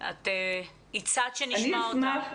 את הצעת שנשמע אותם.